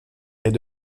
est